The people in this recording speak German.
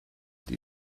die